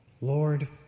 Lord